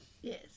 Yes